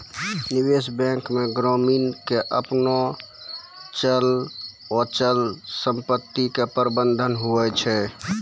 निबेश बेंक मे ग्रामीण के आपनो चल अचल समपत्ती के प्रबंधन हुवै छै